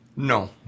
No